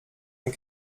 ont